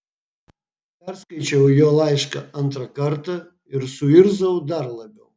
perskaičiau jo laišką antrą kartą ir suirzau dar labiau